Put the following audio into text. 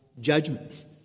judgment